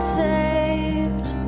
saved